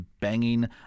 banging